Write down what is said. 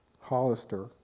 Hollister